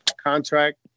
contract